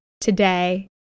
today